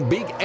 Big